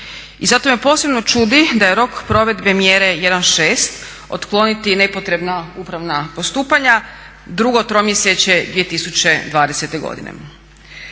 I zato me posebno čudi da je rok provedbe mjere 1.6 otkloniti nepotrebna upravna postupanja drugo tromjesečje 2020. godine.